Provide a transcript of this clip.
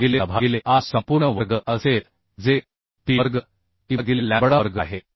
भागिले Lभागिले r संपूर्ण वर्ग असेल जे Pi वर्ग Eभागिले लॅम्बडा वर्ग आहे